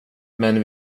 men